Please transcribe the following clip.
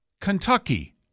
Kentucky